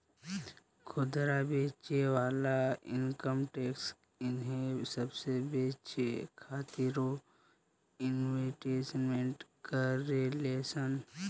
खुदरा बेचे वाला इनकम टैक्स इहे सबसे बचे खातिरो इन्वेस्टमेंट करेले सन